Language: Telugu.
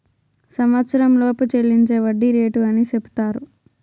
సంవచ్చరంలోపు చెల్లించే వడ్డీ రేటు అని సెపుతారు